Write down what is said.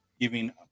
giving